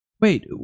wait